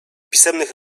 pisemnych